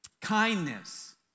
kindness